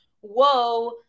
whoa